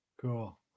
Cool